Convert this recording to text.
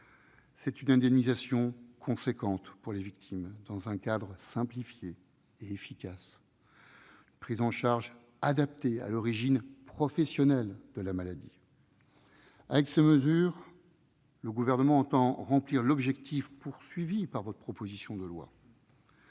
C'est une indemnisation importante pour les victimes, dans un cadre simplifié et efficace, avec une prise en charge adaptée à l'origine professionnelle de la maladie. Avec ces mesures, le Gouvernement entend atteindre l'objectif de votre proposition de loi.